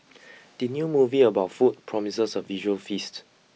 the new movie about food promises a visual feast